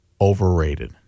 overrated